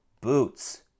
Boots